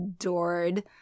adored